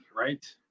right